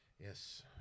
Yes